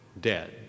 dead